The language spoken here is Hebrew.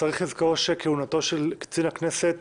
צריך לזכור שכהונתו של קצין הכנסת